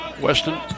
Weston